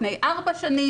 לפני ארבע שנים,